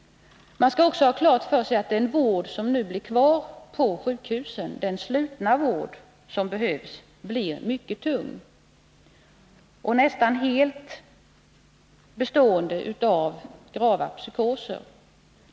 Man skall också ha klart för sig att den vård som nu blir kvar på sjukhusen — den slutna vård som behövs — blir mycket tung. Den kommer nästan helt att gälla grava psykoser.